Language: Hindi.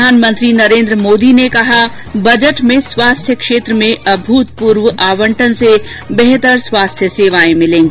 प्रधानमंत्री नरेन्द्र मोदी ने कहा बजट में स्वास्थ्य क्षेत्र में अभूतपूर्व आवंटन से बेहतर स्वास्थ्य सेवायें मिलेंगी